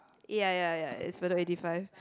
ya ya ya it's Bedok eighty five